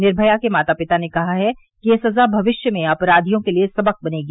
निर्भया के माता पिता ने कहा है कि यह सजा भविष्य में अपराधियों के लिए सबक बनेगी